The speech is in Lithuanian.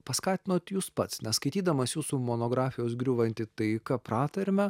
paskatinot jūs pats nes skaitydamas jūsų monografijos griūvanti taika pratarmę